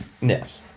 Yes